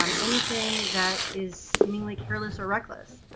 um anything that is seemingly careless or reckless.